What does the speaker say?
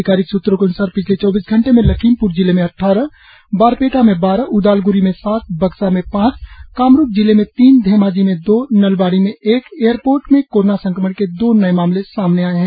अधिकारिक सूत्रों के अन्सार पिछले चौबीस घंटे में लखीमप्र जिले में अद्वारह बरपेटा में बारह उदालग्री में सात बक्सा में पांच कामरुप जिले में तीन धैमाजी में दो नलबाड़ी में एक एयरपोर्ट में कोरोना संक्रमण के दो नये मामले सामने आएं हैं